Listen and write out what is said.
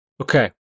Okay